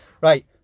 Right